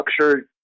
structured